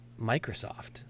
Microsoft